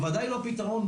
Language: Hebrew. בוודאי לא פתרון,